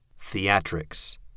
Theatrics